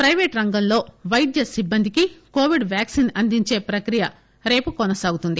private రంగంలో వైద్య సిబ్బందికి కోవిడ్ వ్యాక్పిన్ అందించే ప్రక్రియ రేపు కొనసాగుతుంది